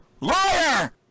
Liar